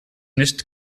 nicht